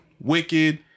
Wicked